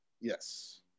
Yes